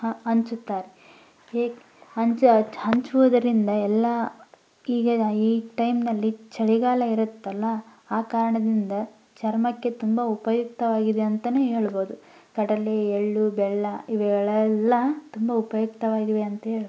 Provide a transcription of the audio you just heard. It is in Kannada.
ಹಂಚುತ್ತಾರೆ ಹೀಗೆ ಹಂಚುವುದರಿಂದ ಎಲ್ಲ ಈಗ ಈ ಟೈಮ್ನಲ್ಲಿ ಚಳಿಗಾಲ ಇರುತ್ತಲ್ವ ಆ ಕಾರಣದಿಂದ ಚರ್ಮಕ್ಕೆ ತುಂಬ ಉಪಯುಕ್ತವಾಗಿದೆ ಅಂತಲೇ ಹೇಳ್ಬೋದು ಕಡಲೆ ಎಳ್ಳು ಬೆಲ್ಲ ಇವುಗಳೆಲ್ಲ ತುಂಬ ಉಪಯುಕ್ತವಾಗಿವೆ ಅಂತ ಹೇಳ್ಬೋದು